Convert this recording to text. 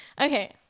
Okay